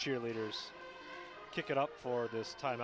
cheerleaders kick it up for this time